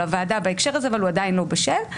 הוועדה בהקשר הזה אבל הוא עדיין לא בשל.